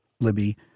Libby